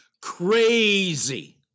crazy